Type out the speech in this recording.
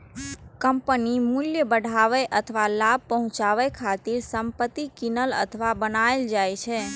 कंपनीक मूल्य बढ़ाबै अथवा लाभ पहुंचाबै खातिर संपत्ति कीनल अथवा बनाएल जाइ छै